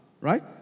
Right